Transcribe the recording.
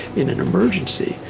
in an emergency,